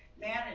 manage